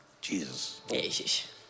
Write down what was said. Jesus